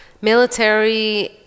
military